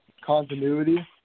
continuity